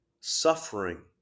suffering